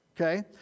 Okay